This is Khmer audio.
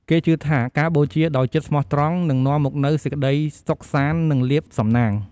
គេជឿថាការបូជាដោយចិត្តស្មោះត្រង់ នឹងនាំមកនូវ សេចក្តីសុខសាន្ត និងលាភសំណាង។